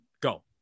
go